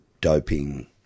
doping